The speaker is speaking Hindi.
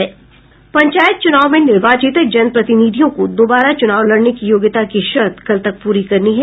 पंचायत चुनाव में निर्वाचित जन प्रतिनिधियों को दोबारा चुनाव लड़ने की योग्यता की शर्त कल तक पूरी करनी है